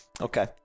Okay